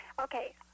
Okay